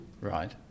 Right